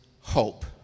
hope